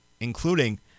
including